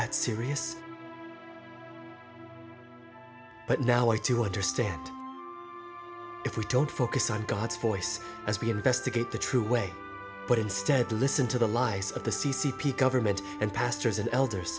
that serious but now i do understand if we don't focus on god's voice as we investigate the true way but instead listen to the lies of the c c p government and pastors and elders